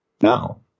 No